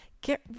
Get